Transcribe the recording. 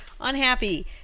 Unhappy